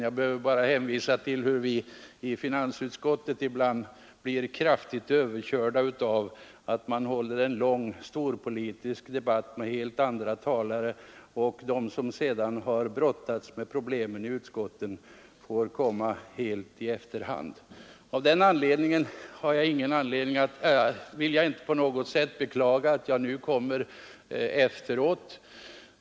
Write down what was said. Jag behöver bara hänvisa till hur vi från finansutskottet ibland blir kraftigt överkörda av att man håller en lång storpolitisk debatt med helt andra talare, så att de som har brottats med problemen i utskottet får komma helt i efterhand. Av den anledningen vill jag inte på något sätt beklaga debattordningen.